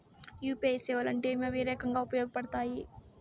UPI సేవలు అంటే ఏమి, అవి ఏ రకంగా ఉపయోగపడతాయి పడతాయి?